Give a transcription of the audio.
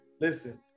Listen